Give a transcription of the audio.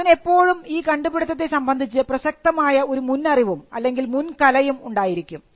അതിന് എപ്പോഴും ഈ കണ്ടുപിടുത്തത്തെ സംബന്ധിച്ച് പ്രസക്തമായ ഒരു മുൻ അറിവും അല്ലെങ്കിൽ മുൻകലയും ഉണ്ടായിരിക്കും